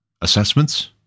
assessments